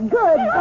good